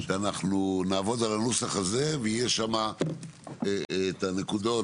שאנחנו נעבוד על הנוסח הזה ויהיו שם את הנקודות